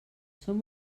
som